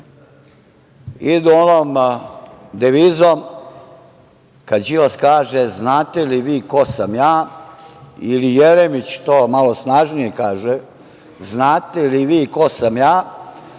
idu onom devizom – kad Đilas kaže znate li vi ko sam ja, ili Jeremić to malo snažnije kaže – znate li vi ko sam ja.